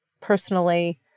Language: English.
personally